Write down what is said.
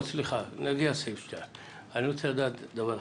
אני רוצה לדעת דבר אחד,